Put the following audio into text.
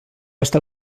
estar